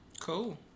cool